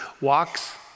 walks